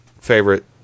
favorite